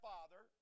Father